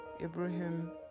Ibrahim